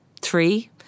three